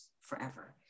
forever